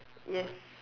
yes